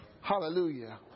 Hallelujah